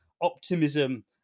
optimism